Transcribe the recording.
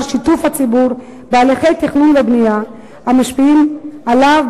שיתוף הציבור בהליכי תכנון ובנייה המשפיעים עליו,